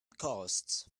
costs